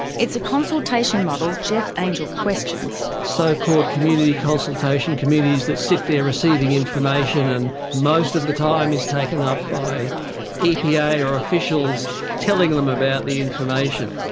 it's a consultation model jeff angel questions. so-called community consultation, committees that sit there receiving information and most of the time is taken up by epa or officials telling them about the information.